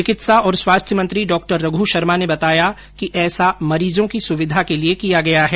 चिकित्सा और स्वास्थ्य मंत्री डॉ रघू शर्मा ने बताया कि ऐसा मरीजों की सुविधा के लिए किया गया है